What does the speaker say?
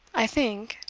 i think,